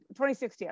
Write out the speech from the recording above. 2016